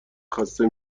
خسته